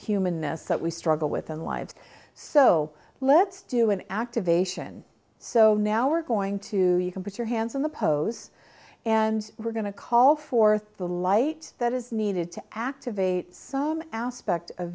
humanness that we struggle with in lives so let's do an activation so now we're going to you can put your hands in the pose and we're going to call forth the light that is needed to activate some aspect of